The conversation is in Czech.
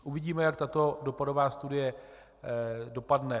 Uvidíme, jak tato dopadová studie dopadne.